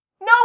No